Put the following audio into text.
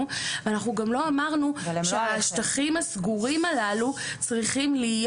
ואנחנו גם לא אמרנו שהשטחים הסגורים הללו צריכים להיות